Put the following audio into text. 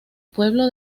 pueblo